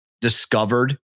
discovered